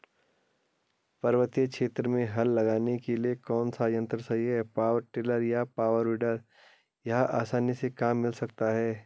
पर्वतीय क्षेत्रों में हल लगाने के लिए कौन सा यन्त्र सही है पावर टिलर या पावर वीडर यह आसानी से कहाँ मिल सकता है?